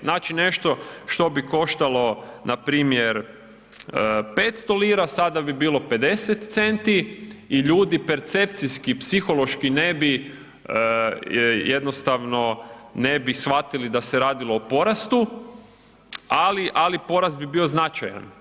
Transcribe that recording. Znači nešto što bi koštalo npr. 500 lira, sada bi bilo 50 centi i ljudi percepcijski, psihološki ne bi jednostavno ne bi shvatili da se radilo o porastu, ali porast bi bio značajan.